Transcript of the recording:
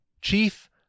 Chief